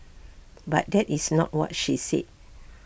but that is not what she said